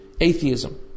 atheism